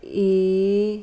A